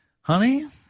honey